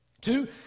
Two